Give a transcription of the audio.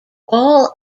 all